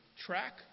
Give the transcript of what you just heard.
Track